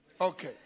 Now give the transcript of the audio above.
Okay